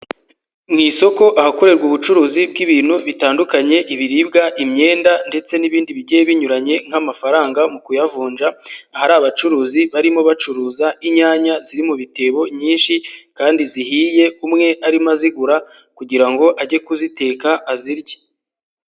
Mu isoko ahakorerwa ubucuruzi bw'ibintu bitandukanye, ibiribwa, imyenda ndetse n'ibindi bigiye binyuranye nk'amafaranga mu kuyavunja, ahari abacuruzi barimo bacuruza inyanya ziri mu bitebo nyinshi kandi zihiye, umwe arimo azigura kugira ngo ajye kuziteka azirye.